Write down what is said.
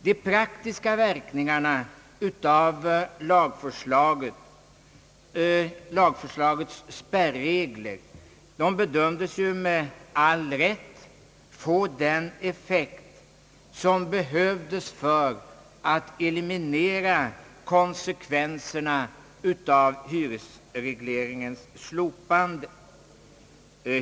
De praktiska verkningarna av lagförslagets spärregler bedömdes ju med all rätt få den effekt, som behövdes för att eliminera konsekvenserna av hyresregleringens slopande.